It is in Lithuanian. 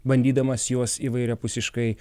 bandydamas juos įvairiapusiškai